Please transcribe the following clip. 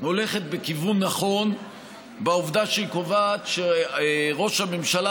הולכת בכיוון נכון בעובדה שהיא קובעת שראש הממשלה